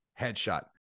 headshot